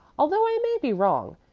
although i may be wrong.